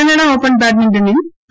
Canada open ബാഡ്മിന്റണിൽ P